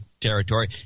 territory